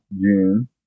June